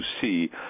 see